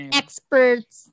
experts